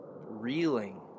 reeling